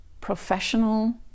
professional